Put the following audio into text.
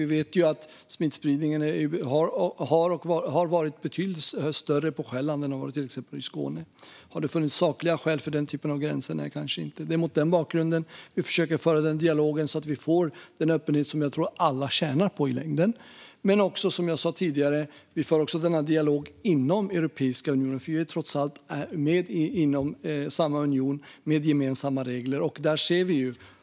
Vi vet att smittspridningen har varit betydligt större på Själland än i Skåne. Har det funnits sakliga skäl för den typen av gränshinder? Nej, kanske inte. Det är mot den bakgrunden vi försöker föra den dialogen, så att vi får den öppenhet som jag tror att vi alla tjänar på i längden. Som jag sa tidigare för vi också denna dialog inom Europeiska unionen. Vi är trots allt med i samma union med gemensamma regler.